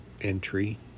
entry